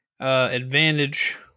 advantage